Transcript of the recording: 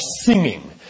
singing